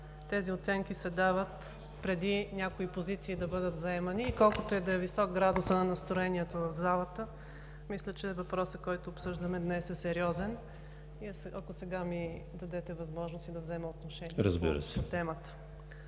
Тези оценки се дават преди някои позиции да бъдат заемани. И колкото да е висок градусът на настроението в залата, мисля, че въпросът, който обсъждаме днес, е сериозен. Ако сега ми дадете възможност, да взема отношение и по темата?